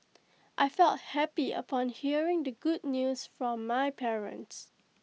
I felt happy upon hearing the good news from my parents